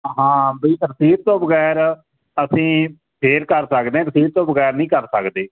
ਹਾਂ ਬਈ ਰਸੀਦ ਤੋਂ ਬਗੈਰ ਅਸੀਂ ਫੇਰ ਕਰ ਸਕਦੇ ਆਂ ਰਸੀਦ ਤੋਂ ਬਗੈਰ ਨਹੀਂ ਕਰ ਸਕਦੇ